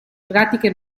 pratiche